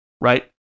right